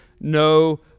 no